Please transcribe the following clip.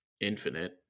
infinite